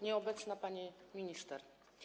Nieobecna Pani Minister!